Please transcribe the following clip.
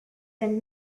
and